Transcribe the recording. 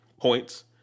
points